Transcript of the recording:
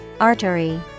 Artery